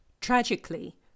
Tragically